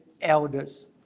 elders